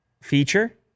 feature